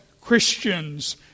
Christians